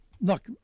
Look